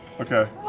okay.